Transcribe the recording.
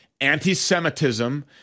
anti-Semitism